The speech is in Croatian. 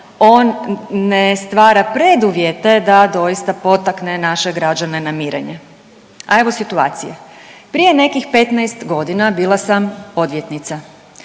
on ne stvara preduvjete da doista potakne naše građane na mirenje. A evo situacije. Prije nekih 15 godina bila sam odvjetnica.